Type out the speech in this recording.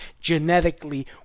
genetically